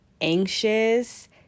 anxious